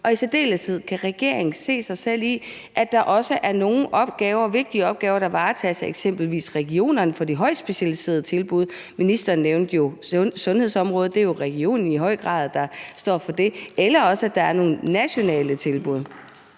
Og i særdeleshed: Kan regeringen se sig selv i, at der også er nogle vigtige opgaver, der varetages af eksempelvis regionerne for de højtspecialiserede tilbud – ministeren nævnte jo sundhedsområdet, og det er jo regionen, der i høj grad står for det – eller at der er nogle nationale tilbud?